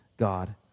God